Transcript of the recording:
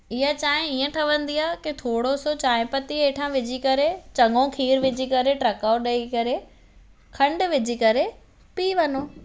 इहा चांहि हीअं ठहंदी आहे की थोरो सो चांहि पती हेठां विझी करे चङो खीर विझी करे टहिकाउ ॾेइ करे खंड विझी करे पी वञो